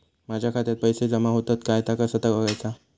माझ्या खात्यात पैसो जमा होतत काय ता कसा बगायचा?